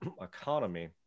economy